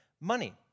money